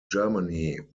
germany